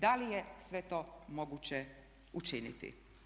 Da li je sve to moguće učiniti?